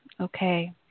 Okay